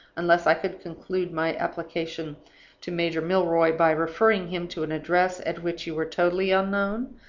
unless i could conclude my application to major milroy by referring him to an address at which you were totally unknown,